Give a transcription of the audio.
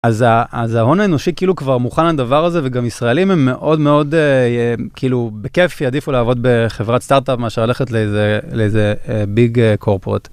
אז ההון האנושי כאילו כבר מוכן לדבר הזה וגם ישראלים הם מאוד מאוד כאילו בכיף יעדיפו לעבוד בחברת סטארטאפ מאשר ללכת לאיזה big corporate.